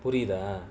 put it lah